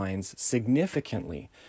significantly